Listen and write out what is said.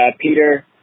Peter